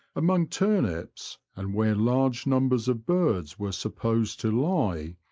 among turnips, and where large numbers of birds were supposed to lie,